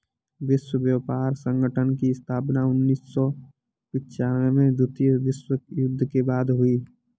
विश्व व्यापार संगठन की स्थापना उन्नीस सौ पिच्यानबें में द्वितीय विश्व युद्ध के बाद हुई